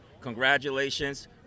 Congratulations